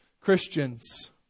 Christians